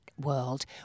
world